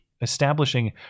establishing